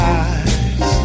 eyes